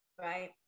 Right